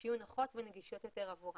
שיהיו נוחות ונגישות יותר עבורם.